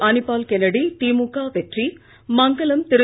அனிபால்கென்னடி திமுக வெற்றி மங்கலம் திரு